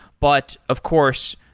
but of course,